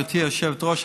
גברתי היושבת-ראש.